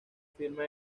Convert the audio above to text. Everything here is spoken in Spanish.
firma